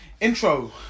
Intro